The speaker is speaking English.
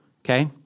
okay